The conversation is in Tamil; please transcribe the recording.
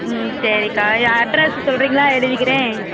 ம் சரிக்கா ஏ அட்ரெஸ்ஸு சொல்கிறீங்களா எழுதிக்கிறேன்